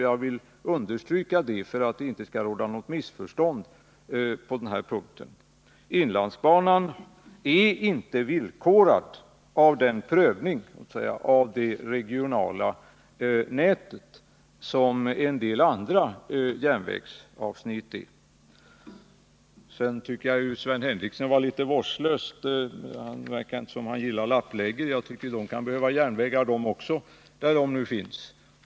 Jag vill understryka det för att det inte skall råda något missförstånd på detta område. Inlandsbanan är inte villkorad av den prövning av det regionala nätet som en del andra järnvägsavsnitt är. Jag tycker att Sven Henricsson var litet vårdslös i sitt inlägg. Det verkar som om han inte gillar lappläger. Men de som bor där kan också behöva järnvägar.